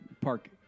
park